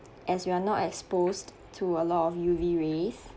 as you are not exposed to a lot of U_V rays